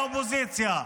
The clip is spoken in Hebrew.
האופוזיציה.